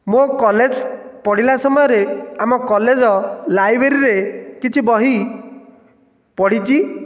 ମୋ କଲେଜ ପଢ଼ିଲା ସମୟରେ ଆମ କଲେଜ ଲାଇବ୍ରେରୀରେ କିଛି ବହି ପଢ଼ିଛି